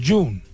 June